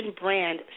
brand